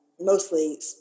mostly